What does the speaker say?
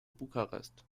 bukarest